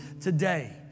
today